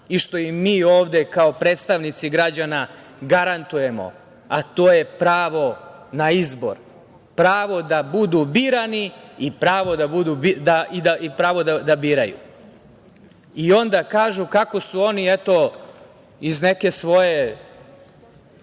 i što i mi ovde kao predstavnici građana garantujemo, a to je pravo na izbor, pravo da budu birani i pravo da biraju, i onda kažu kako su oni eto, iz neke svoje,